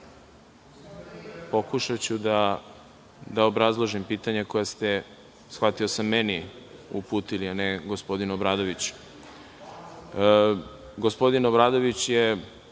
Pokušaću da obrazložim pitanja koja ste, shvatio sam meni uputili, a ne gospodinu Obradoviću. Gospodin Obradović je,